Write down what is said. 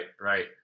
Right